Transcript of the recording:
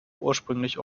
ursprünglich